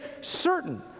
certain